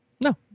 No